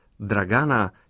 Dragana